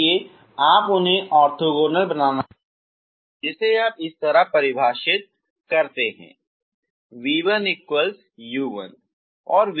इसलिए आप उन्हें ऑर्थोगोनल बनाना चाहते हैं जिसे आप इस तरह परिभाषित करते हैं v1u1 और आपका v2 क्या है